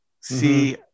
See